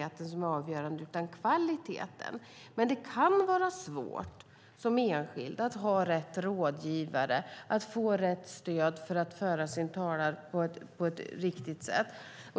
utan kvaliteten som är avgörande. Det kan vara svårt att som enskild ha rätt rådgivare och få rätt stöd för att föra sin talan på ett riktigt sätt.